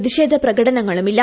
പ്രതിഷേധ പ്രകടനങ്ങളുമില്ല